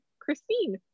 Christine